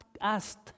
asked